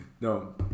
No